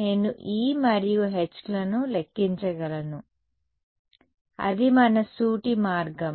నేను E మరియు H లను లెక్కించగలను అది మన సూటి మార్గం